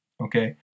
Okay